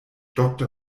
doktor